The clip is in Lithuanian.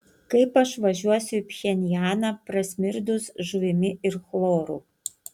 kaip aš važiuosiu į pchenjaną prasmirdus žuvimi ir chloru